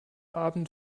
abend